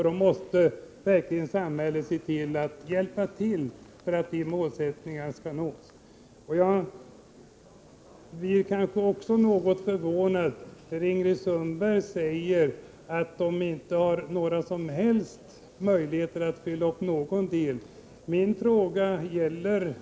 Då måste verkligen samhället hjälpa till för att målet skall nås. Jag blir också förvånad när Ingrid Sundberg säger att det inte alls finns möjligheter att uppfylla någon del av våra önskemål.